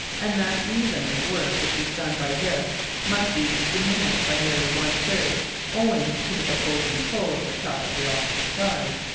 and that even the work which is done by this must be diminished by nearly one-third owing to the opposing pull of the cup at the opposite side,